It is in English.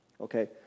Okay